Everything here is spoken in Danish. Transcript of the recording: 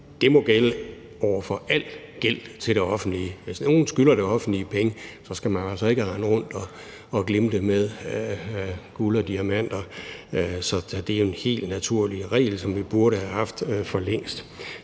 det må gælde for al gæld til det offentlige. Hvis nogen skylder det offentlige penge, skal man altså ikke rende rundt og glimte af guld og diamanter. Så det er en helt naturlig regel, som vi burde have haft for længst.